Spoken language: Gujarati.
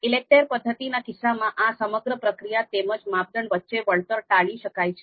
ઈલેકટેર પદ્ધતિના કિસ્સામાં આ સમગ્ર પ્રક્રિયા તેમજ માપદંડ વચ્ચે વળતર ટાળી શકાય છે